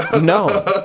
No